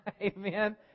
amen